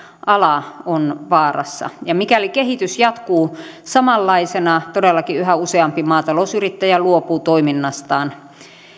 ala on vaarassa ja mikäli kehitys jatkuu samanlaisena todellakin yhä useampi maatalousyrittäjä luopuu toiminnastaan